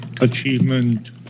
achievement